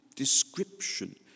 description